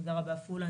גרה בעפולה,